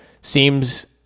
Seems